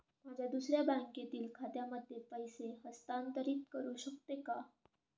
माझ्या दुसऱ्या बँकेतील खात्यामध्ये पैसे हस्तांतरित करू शकतो का?